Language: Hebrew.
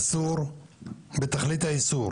אסור בתכלית האיסור